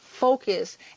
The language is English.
focus